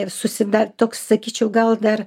ir susida toks sakyčiau gal dar